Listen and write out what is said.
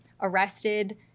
arrested